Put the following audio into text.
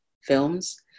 films